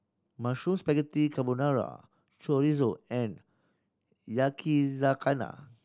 Mushroom Spaghetti Carbonara Chorizo and Yakizakana